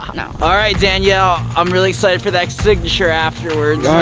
um no. all right, danielle, i'm really excited for that signature afterwards.